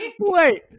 wait